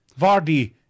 Vardy